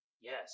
Yes